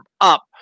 up